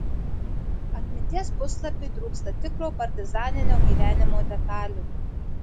atminties puslapiui trūksta tikro partizaninio gyvenimo detalių